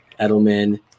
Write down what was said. edelman